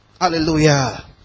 Hallelujah